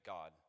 God